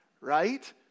right